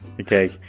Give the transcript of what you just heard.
Okay